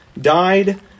died